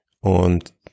Und